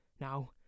now